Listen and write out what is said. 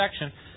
section